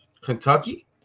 Kentucky